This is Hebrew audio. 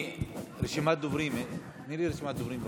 רשימת הדוברים, תני לי רשימת דוברים,